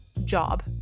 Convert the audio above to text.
job